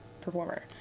performer